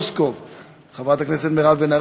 ותועבר להמשך דיון בוועדת הכלכלה,